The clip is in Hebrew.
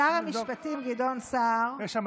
שר המשפטים גדעון סער, היושב-ראש, יש שר תורן?